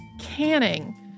canning